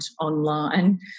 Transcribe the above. online